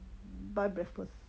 but breakfast